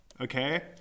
okay